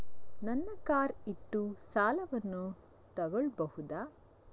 ನನ್ನ ಕಾರ್ ಇಟ್ಟು ಸಾಲವನ್ನು ತಗೋಳ್ಬಹುದಾ?